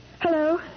Hello